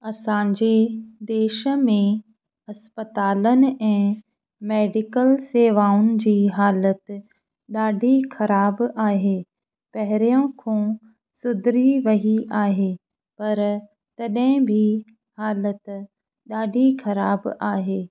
असांजे देश में अस्पतालनि ऐं मेडिकल सेवाऊंन जी हालतु ॾाढी ख़राब आहे पहिरियों खां सुधरी वई आहे पर तॾहिं बि हालतु ॾाढी ख़राब आहे